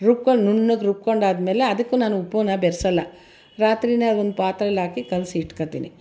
ರುಬ್ಕೊಂಡು ನುಣ್ಣಗೆ ರುಬ್ಕೊಂಡಾದ್ಮೇಲೆ ಅದಕ್ಕೆ ನಾನು ಉಪ್ಪನ್ನ ಬೆರೆಸಲ್ಲ ರಾತ್ರಿಯೇ ಅದನ್ನ ಪಾತ್ರೆಲಿ ಹಾಕಿ ಕಲ್ಸಿಟ್ಕೊಳ್ತೀನಿ